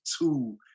two